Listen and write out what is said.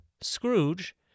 Scrooge